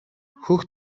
хөх